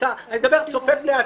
אני מדבר צופה פני עתיד,